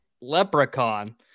Leprechaun